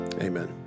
Amen